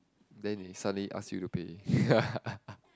then they suddenly as you to pay ya